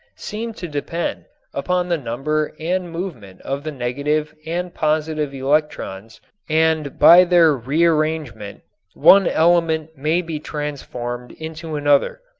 seem to depend upon the number and movement of the negative and positive electrons and by their rearrangement one element may be transformed into another.